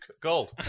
Gold